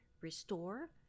restore